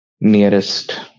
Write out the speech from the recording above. nearest